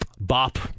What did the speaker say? Bop